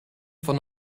von